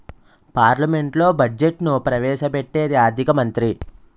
పార్లమెంట్లో బడ్జెట్ను ప్రవేశ పెట్టేది ఆర్థిక మంత్రి